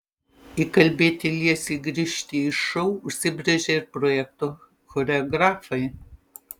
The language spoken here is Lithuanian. įkalbėti liesį grįžti į šou užsibrėžė ir projekto choreografai